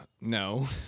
No